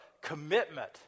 commitment